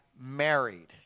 married